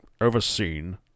overseen